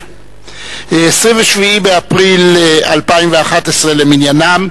27 באפריל 2011 למניינם.